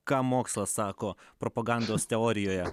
ką mokslas sako propagandos teorijoje